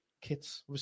kits